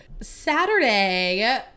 Saturday